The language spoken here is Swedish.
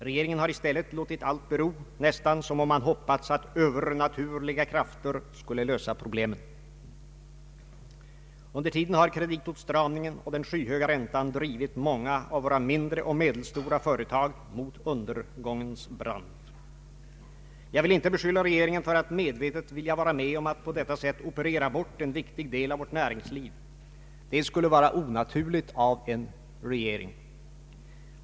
Regeringen har i stället låtit allt bero, nästan som om man hoppats att övernaturliga krafter skulle lösa problemen, Under tiden har kreditåtstramningen och den skyhöga räntan drivit många av våra mindre och medelstora företag mot undergångens brant. Jag vill inte beskylla regeringen för att medvetet vilja vara med om att på detta sätt operera bort en viktig del av vårt näringsliv. Det skulle vara onaturligt av en regering.